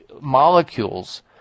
molecules